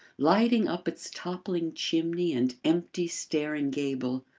lighting up its toppling chimney and empty, staring gable.